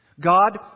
God